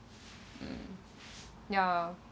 um ya